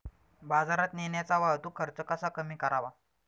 बाजारात नेण्याचा वाहतूक खर्च कसा कमी करावा?